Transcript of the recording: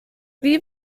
wie